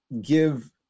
give